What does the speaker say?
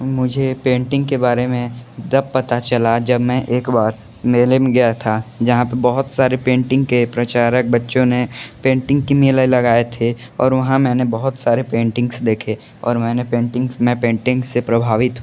मुझे पेंटिंग के बारे में तब पता चला जब मैं एक बार मेले में गया था जहाँ पे बहुत सारे पेंटिंग के प्रचारक बच्चों ने पेंटिंग की मेला लगाए थे और वहाँ मैंने बहुत सारे पेंटिंग्स देखें और मैंने पेंटिंग्स में पेंटिंग से प्रभावित